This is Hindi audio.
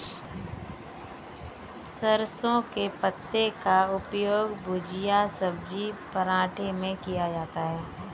सरसों के पत्ते का उपयोग भुजिया सब्जी पराठे में किया जाता है